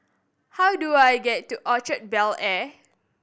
how do I get to Orchard Bel Air